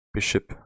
Bishop